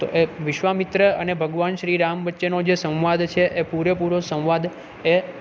તો એ વિશ્વા મિત્ર અને ભગવાન શ્રી રામ વચ્ચેનો જે સંવાદ છે એ પૂરે પૂરો સંવાદ એ